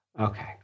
okay